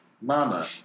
Mama